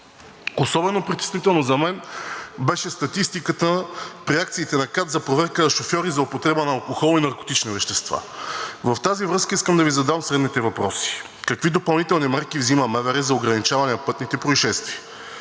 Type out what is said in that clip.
Особено притеснително за мен беше статистиката при акциите на КАТ за проверка на шофьори за употреба на алкохол и наркотични вещества. В тази връзка искам да Ви задам следните въпроси: какви допълнителни мерки взима МВР за ограничаване на пътните произшествия?